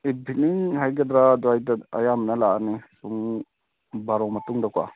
ꯏꯕꯤꯅꯤꯡ ꯍꯥꯏꯒꯗ꯭ꯔꯥ ꯑꯗꯨꯋꯥꯏꯗ ꯑꯌꯥꯝꯕꯅ ꯂꯥꯛꯑꯅꯤ ꯄꯨꯡ ꯕꯥꯔꯣ ꯃꯇꯨꯡꯗꯀꯣ